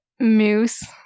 Moose